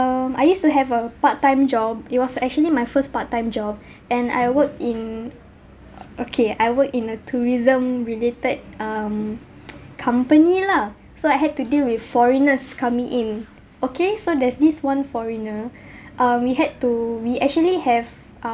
um I used to have a part time job it was actually my first part time job and I worked in uh okay I worked in a tourism related um company lah so I had to deal with foreigners coming in okay so there's this one foreigner um we had to we actually have